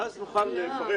ואז נוכל לפרט